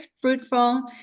fruitful